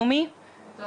אנחנו לא